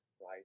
right